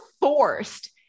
forced